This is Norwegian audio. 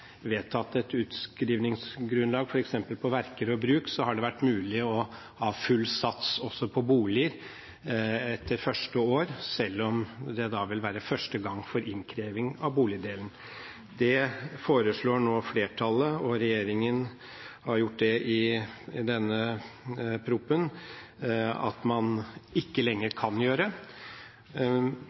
vedtatt et utskrivningsgrunnlag, f.eks. på verk og bruk, har det vært mulig å ha full sats også på boliger etter første år, selv om det da vil være første gang for innkreving av boligdelen. Det foreslår nå flertallet – og regjeringen har gjort det i proposisjonen – at man ikke lenger kan gjøre.